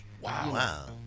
Wow